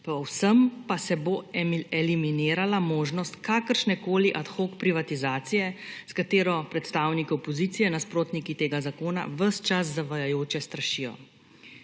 povsem pa se bo eliminirala možnost kakršnekoli ad hoc privatizacije, s katero predstavniki opozicije, nasprotniki tega zakona, ves čas zavajajoče strašijo.